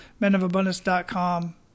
menofabundance.com